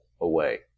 away